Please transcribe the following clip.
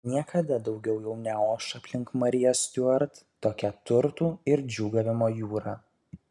niekada daugiau jau neoš aplink mariją stiuart tokia turtų ir džiūgavimo jūra